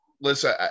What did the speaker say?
listen